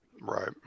Right